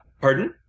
Pardon